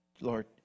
Lord